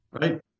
right